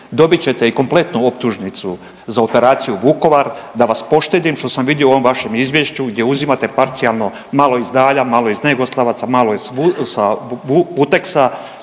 dobit ćete i kompletnu optužnicu za Operaciju Vukovar da vas poštedim što sam vidio u ovom vašem izvješću gdje uzimate parcijalno malo iz Dalja, malo iz Negoslavaca, malo sa Vuteksa,